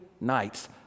nights